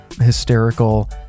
hysterical